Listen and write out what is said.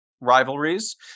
rivalries